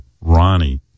Ronnie